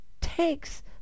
takes